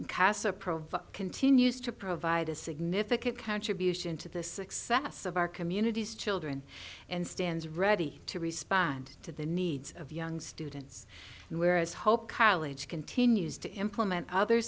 provide continues to provide a significant contribution to the success of our communities children and stands ready to respond to the needs of young students and where as hope college continues to implement other